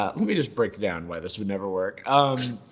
ah let me just break down why this would never work. um.